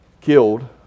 killed